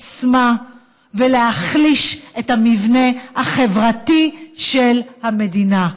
עצמה ולהחליש את המבנה החברתי של המדינה.